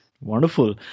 Wonderful